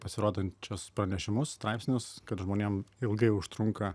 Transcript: pasirodančius pranešimus straipsnius kad žmonėm ilgai užtrunka